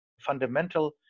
fundamental